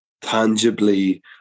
tangibly